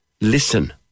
listen